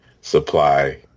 supply